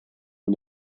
for